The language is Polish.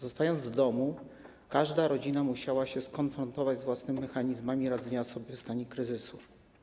Zostając w domu, każda rodzina musiała się skonfrontować z własnymi mechanizmami radzenia sobie w stanie kryzysu.